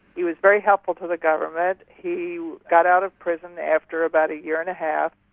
he was very helpful to the government, he got out of prison after about a year and a half,